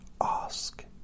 ask